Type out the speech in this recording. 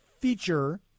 feature